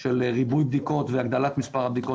של ריבוי בדיקות והגדלת מספר הבדיקות,